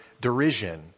derision